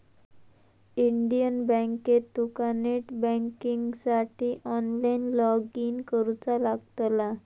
Indian बँकेत तुका net बँकिंगसाठी ऑनलाईन लॉगइन करुचा लागतला